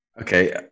Okay